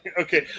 Okay